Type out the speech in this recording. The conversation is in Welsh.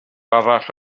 arall